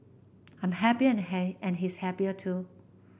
I'm happier and hey and he's happier too